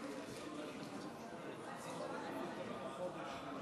חבריי חברי הכנסת,